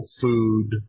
food